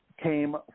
came